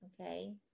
okay